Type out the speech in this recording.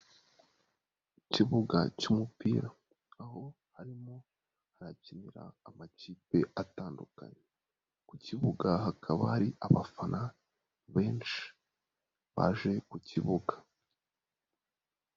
Ikibuga cy'umupira, aho harimo hakinira amakipe atandukanye, ku kibuga hakaba hari abafana benshi, baje ku kibuga.